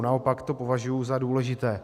Naopak to považuji za důležité.